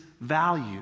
Value